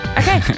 okay